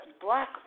black